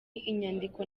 inyandiko